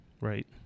Right